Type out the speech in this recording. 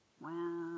Wow